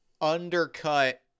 undercut